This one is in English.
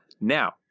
Now